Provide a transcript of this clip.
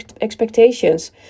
expectations